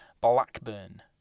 Blackburn